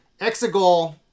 Exegol